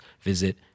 visit